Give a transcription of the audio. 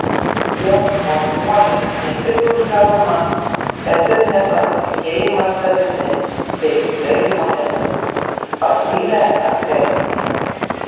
jos formuoja ne tik uždarumą bet ir nepasitikėjimą savimi bei kitais žmonėmis pasyvią agresiją